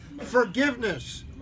forgiveness